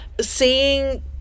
seeing